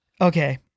okay